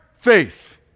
faith